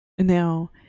Now